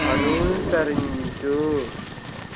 అనుంసరించు